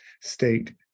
state